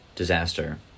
disaster